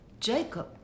Jacob